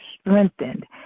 strengthened